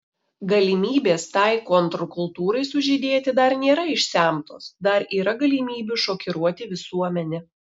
galimybės tai kontrkultūrai sužydėti dar nėra išsemtos dar yra galimybių šokiruoti visuomenę